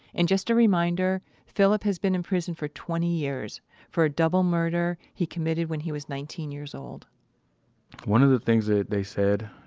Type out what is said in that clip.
and, just a reminder phillip has been in prison for twenty years for a double murder he committed when he was nineteen years old one of the things that they said,